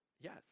Yes